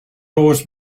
always